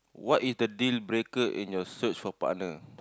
what is the deal breaker in your search for partner